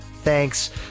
Thanks